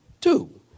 Two